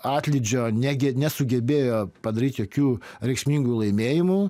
atlydžio netgi nesugebėjo padaryt jokių reikšmingų laimėjimų